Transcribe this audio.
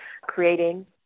creating